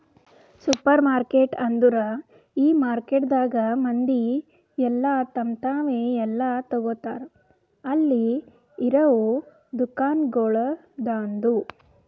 supermarket ಅಂದುರ್ ಈ ಮಾರ್ಕೆಟದಾಗ್ ಮಂದಿ ಎಲ್ಲಾ ತಮ್ ತಾವೇ ಎಲ್ಲಾ ತೋಗತಾರ್ ಅಲ್ಲಿ ಇರವು ದುಕಾನಗೊಳ್ದಾಂದು